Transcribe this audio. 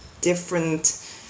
different